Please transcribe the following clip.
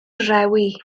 rhewi